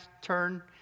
turn